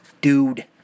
dude